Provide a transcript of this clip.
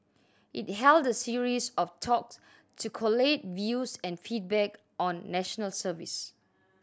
it held a series of talks to collate views and feedback on National Service